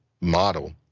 model